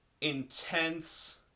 intense